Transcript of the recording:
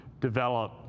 develop